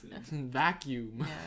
Vacuum